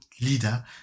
leader